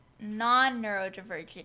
non-neurodivergent